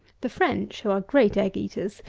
the french, who are great egg-eaters,